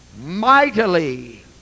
mightily